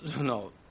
No